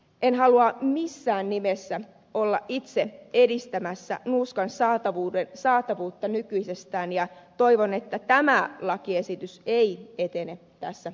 en halua missään nimessä olla itse edistämässä nuuskan saatavuutta nykyisestään ja toivon että tämä lakiesitys ei etene tässä eduskunnassa